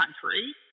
country